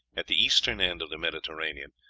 at the eastern end of the mediterranean,